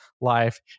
life